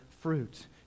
fruit